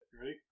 Ready